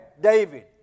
David